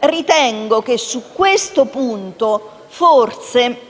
Ritengo che su questo punto, forse,